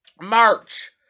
March